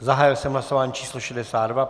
Zahájil jsem hlasování číslo 62.